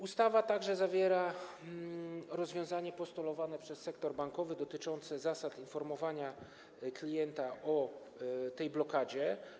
Ustawa zawiera także rozwiązanie postulowane przez sektor bankowy dotyczące zasad informowania klienta o tej blokadzie.